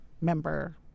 member